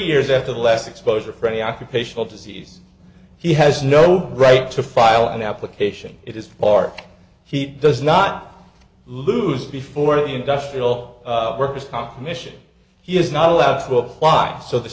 years after the last exposure for a occupational disease he has no right to file an application it is part he does not lose before the industrial workers comp commission he is not allowed to apply so the